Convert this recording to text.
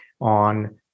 on